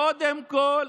קודם כול,